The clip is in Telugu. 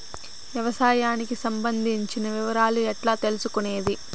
వ్యవసాయానికి సంబంధించిన వివరాలు ఎట్లా తెలుసుకొనేది?